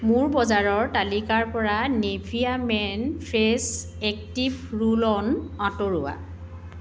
মোৰ বজাৰৰ তালিকাৰ পৰা Nivea men fresh active roll on আঁতৰোৱা